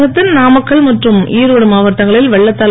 தமிழகத்தின் நாமக்கல் மற்றும் ஈரோடு மாவட்டங்களில் வெள்ளத்தால்